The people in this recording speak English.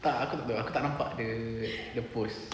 tak apa nak buat aku tak nampak the the post